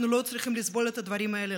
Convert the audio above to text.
אנחנו לא צריכים לסבול את הדברים האלה,